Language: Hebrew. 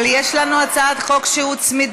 אבל יש לנו הצעת חוק שהוצמדה,